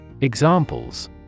Examples